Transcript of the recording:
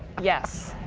yes.